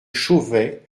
chauvet